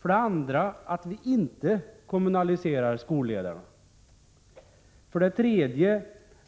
För det andra bör vi inte kommunalisera skolledarna. För det tredje